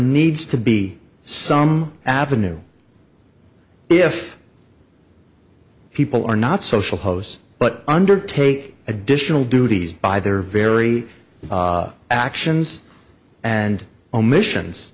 needs to be some avenue if people are not social hosts but undertake additional duties by their very actions and omissions